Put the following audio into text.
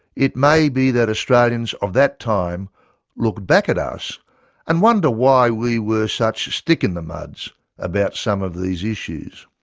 it may be that australians of that time look back at us and wonder why we were such stick-in-the-muds about some of these issues.